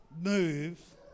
move